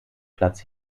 platz